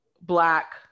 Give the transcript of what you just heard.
black